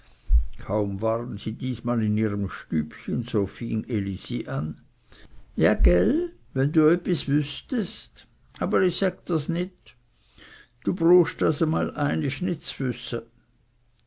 kaum waren sie diesmal in ihrem stübchen so fing elisi an jä gell wenn du öppis wüßtest aber ih säg drs nit du bruchst das